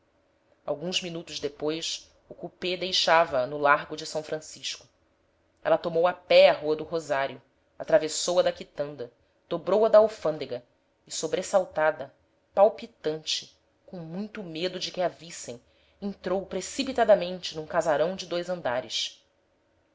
alguns minutos depois o coupé deixava-a no largo de são francisco ela tomou a pé a rua do rosário atravessou a da quitanda dobrou a da alfândega e sobressaltada palpitante com muito medo de que a vissem entrou precipitadamente num casarão de dois andares